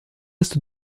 est